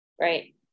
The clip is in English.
Right